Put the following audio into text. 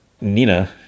Nina